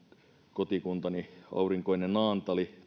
kotikuntani aurinkoinen naantali